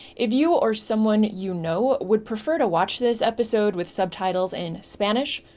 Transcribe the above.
if you or someone you know would prefer to watch this episode with subtitles in spanish,